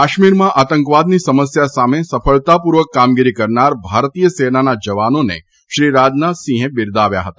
કાશ્મીરમાં આતંકવાદની સમસ્યા સામે સફળતાપૂર્વક કામગીરી કરનાર ભારતીય સેનાના જવાનોને શ્રી રાજનાથસિંહે બિરદાવ્યા હતા